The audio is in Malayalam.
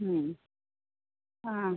ഉം ആ